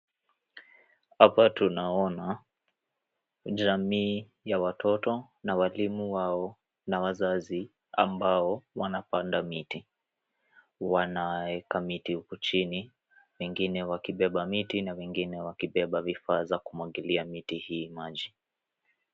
Hapa tunaona, jamii ya watoto, na walimu wao na wazazi ambao wanapanda miti. Wanaweka miti huku chini, wengine wakibeba miti na wengine wakibeba vifaa za kumwagilia miti hii maji.